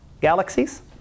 galaxies